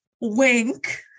Wink